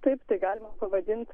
taip tai galima pavadint